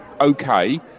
okay